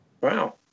Wow